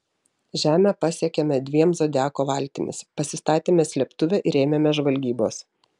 žemę pasiekėme dviem zodiako valtimis pasistatėme slėptuvę ir ėmėmės žvalgybos